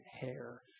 hair